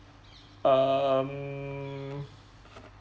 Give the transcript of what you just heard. um